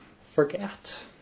forget